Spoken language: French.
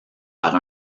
par